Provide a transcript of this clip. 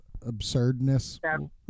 absurdness